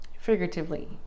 figuratively